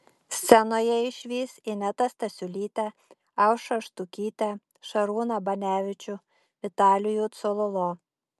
scenoje išvys inetą stasiulytę aušrą štukytę šarūną banevičių vitalijų cololo